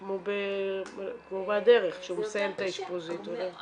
כמו בהדרך שהוא מסיים את האשפוזית הוא עובר.